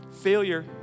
failure